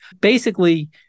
Basically-